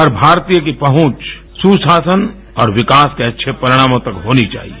हर भारतीय की पहुँच सुशासन और विकास के अच्छे परिणामों तक होनी चाहिए